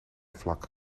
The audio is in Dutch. vlak